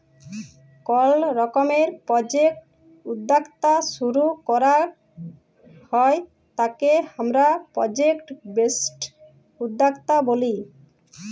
call রকমের project উদ্যক্তা শুরু করাক হ্যয় তাকে হামরা প্রজেক্ট বেসড উদ্যক্তা ব্যলি